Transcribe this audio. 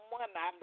one